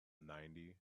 ninety